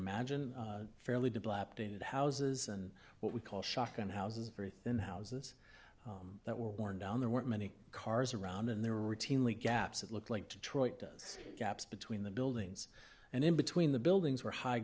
imagine fairly good lapping at houses and what we call shock on houses very thin houses that were worn down there weren't many cars around and there were routinely gaps it looked like to troy does gaps between the buildings and in between the buildings were high